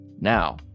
now